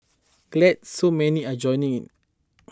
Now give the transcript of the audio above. glad so many are joining in